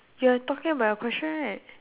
you're talking about your question right